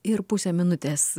ir pusę minutės